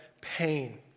pain